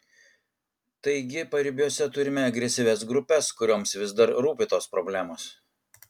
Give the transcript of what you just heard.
taigi paribiuose turime agresyvias grupes kurioms vis dar rūpi tos problemos